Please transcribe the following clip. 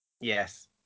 Yes